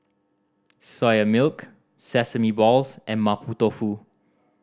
Soya Milk sesame balls and Mapo Tofu